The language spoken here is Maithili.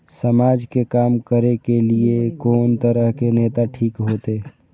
समाज के काम करें के ली ये कोन तरह के नेता ठीक होते?